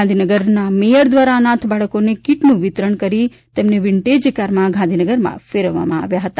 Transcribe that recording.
Gandhinagar mayor દ્વારા અનાશ બાળકોને કિટનું વિતરણ કરીને તેમને વિન્ટેજ કારમાં ગાંધીનગરની ફેરવવામાં આવ્યા હતા